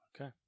Okay